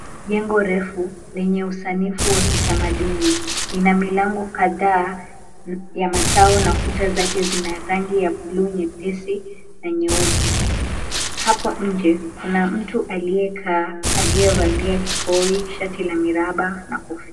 Jengo refu, lenye usanifu wa kitamaduni, lina milango kadhaa ya matao na kuta zake zina rangi ya blue nyepesi na nyeupe. Hapo nje, kuna mtu aliyekaa aliyevalia kikoi, shati la miraba na kofia.